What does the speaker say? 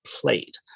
played